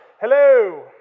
Hello